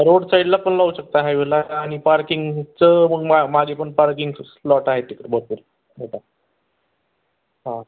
रोडसाईडला पण लावू शकता हायवेला आणि पार्किंग चं मग मा माझे पण पार्किंग स् स्लॉट आहेत तिकडं भरपूर मोठा हां